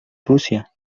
rusia